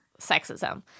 sexism